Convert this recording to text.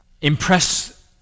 Impress